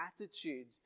attitude